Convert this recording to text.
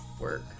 work